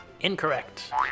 incorrect